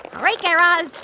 all right, guy raz.